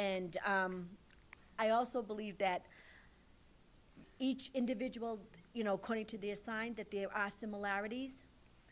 and i also believe that each individual you know according to the assigned that there are similarities